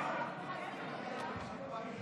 התשפ"א 2021,